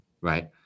right